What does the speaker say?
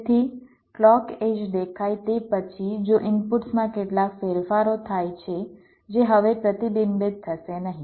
તેથી clock edge દેખાય તે પછી જો ઇનપુટ્સમાં કેટલાક ફેરફારો થાય છે જે હવે પ્રતિબિંબિત થશે નહીં